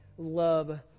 Love